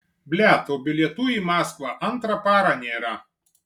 blet o bilietų į maskvą antrą parą nėra